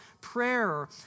prayer